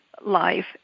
life